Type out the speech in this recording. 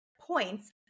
points